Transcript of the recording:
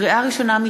לקריאה ראשונה,